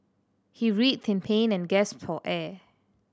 he writhed in pain and gasped for air